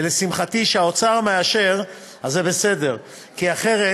ולשמחתי כשהאוצר מאשר אז זה בסדר, כי אחרת,